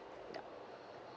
yup